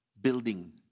building